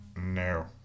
no